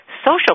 social